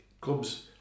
clubs